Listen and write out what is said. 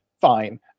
Fine